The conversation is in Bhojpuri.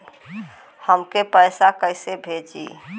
हमके पैसा कइसे भेजी?